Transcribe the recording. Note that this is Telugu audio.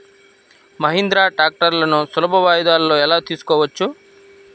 మహీంద్రా ట్రాక్టర్లను సులభ వాయిదాలలో ఎలా తీసుకోవచ్చు?